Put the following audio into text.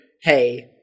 Hey